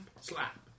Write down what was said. slap